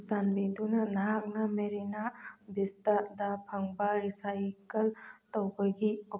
ꯆꯥꯟꯕꯤꯗꯨꯅ ꯅꯍꯥꯛꯅ ꯃꯦꯔꯤꯅꯥ ꯕꯤꯁꯇ ꯗ ꯐꯪꯕ ꯔꯤꯁꯥꯏꯀꯜ ꯇꯧꯕꯒꯤ